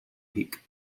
peak